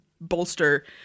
bolster